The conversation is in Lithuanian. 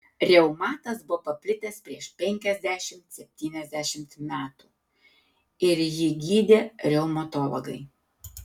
reumatas buvo paplitęs prieš penkiasdešimt septyniasdešimt metų ir jį gydė reumatologai